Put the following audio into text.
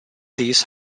these